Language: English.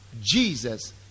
Jesus